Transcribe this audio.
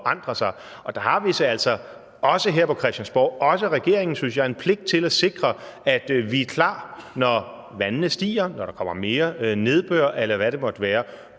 og der har vi altså også her på Christiansborg, også regeringen, synes jeg, en pligt til at sikre, at vi er klar, når vandene stiger, når der kommer mere nedbør, eller hvad det måtte være,